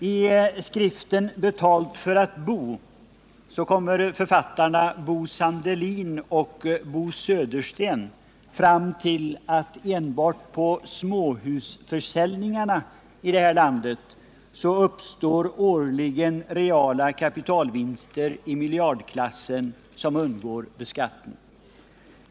I skriften Betalt för att bo kommer författarna Bo Sandelin och Bo Södersten fram till att det enbart på småhusförsäljningarna i det här landet årligen uppstår reala kapitalvinster i miljardklassen som undgår beskattning.